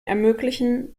ermöglichen